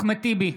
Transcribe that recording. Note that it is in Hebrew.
אחמד טיבי,